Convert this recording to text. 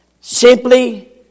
simply